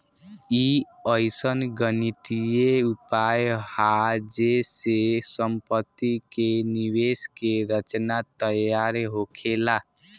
ई अइसन गणितीय उपाय हा जे से सम्पति के निवेश के रचना तैयार होखेला